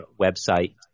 website